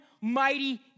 mighty